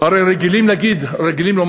הרי רגילים לומר